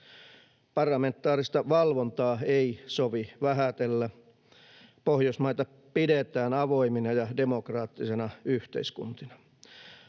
Parlamentaarista valvontaa ei sovi vähätellä. Pohjoismaita pidetään avoimina ja demokraattisina yhteiskuntina,